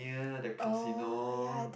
near the casino